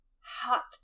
hot